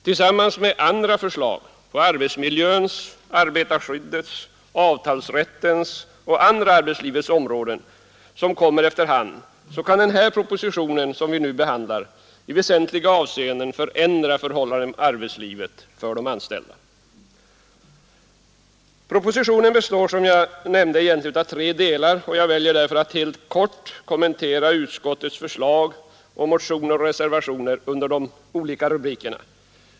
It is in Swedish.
Tillsammans med andra förslag på arbetsmiljöns, arbetarskyddets, avtalsrättens och andra arbetslivets områden, som kommer efter hand, kan den proposition vi nu behandlar i väsentliga avseenden förändra förhållanden inom arbetslivet för de anställda. Propositionen består, som jag nämnde, egentligen av tre delar, och jag väljer därför att helt kort kommentera utskottets förslag samt motioner och reservationer under de olika rubrikerna.